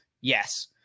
yes